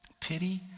Pity